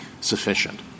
sufficient